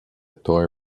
toy